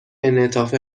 انعطاف